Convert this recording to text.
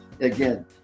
again